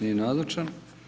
Nije nazočan.